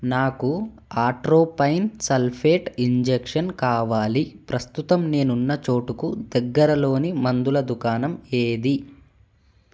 నాకు atropine sulphate injection కావాలి ప్రస్తుతం నేనున్న చోటుకు దగ్గరలోని మందుల దుకాణం ఏది